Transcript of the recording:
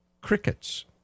crickets